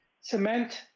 cement